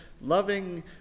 loving